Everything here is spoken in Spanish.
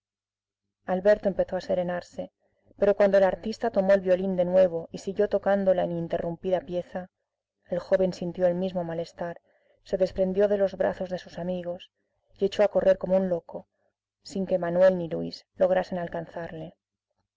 alberto empezó a serenarse pero cuando el artista tomó el violín de nuevo y siguió tocando la interrumpida pieza el joven sintió el mismo malestar se desprendió de los brazos de sus amigos y echó a correr como un loco sin que manuel ni luis lograsen alcanzarle